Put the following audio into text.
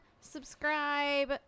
subscribe